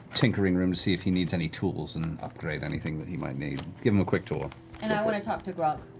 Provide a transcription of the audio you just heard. tinkering room, see if he needs any tools and upgrade anything that he might need, give him a quick tour. laura and i wanna talk to grog.